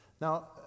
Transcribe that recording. Now